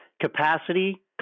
capacity